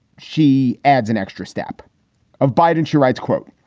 she adds an extra step of biden. she writes, quote,